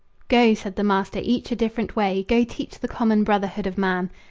go, said the master, each a different way. go teach the common brotherhood of man.